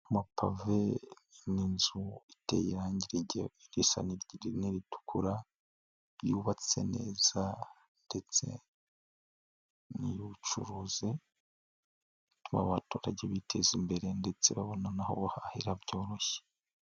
Amapave n'inzu iteye irangira igihe risa n'itukura yubatse neza ndetse ni iy'ubucuruzi, aba baturage biteza imbere ndetse babona n'aho bahahira byoroshye.